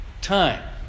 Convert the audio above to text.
time